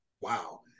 Wow